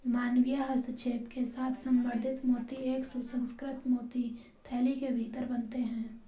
मानवीय हस्तक्षेप के साथ संवर्धित मोती एक सुसंस्कृत मोती थैली के भीतर बनते हैं